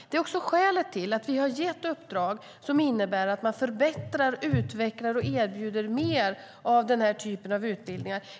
Det är skälet till att vi har gett uppdrag som innebär att man förbättrar, utvecklar och erbjuder mer av den här typen av utbildningar.